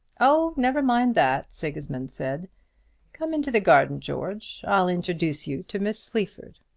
oh, never mind that, sigismund said come into the garden, george i'll introduce you to miss sleaford.